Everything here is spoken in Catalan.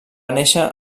néixer